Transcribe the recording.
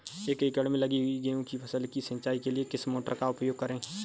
एक एकड़ में लगी गेहूँ की फसल की सिंचाई के लिए किस मोटर का उपयोग करें?